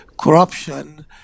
corruption